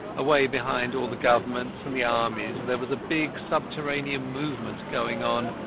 away behind all the governments and the armies there was a big subterranean movement going on,